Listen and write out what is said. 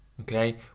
Okay